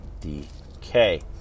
DK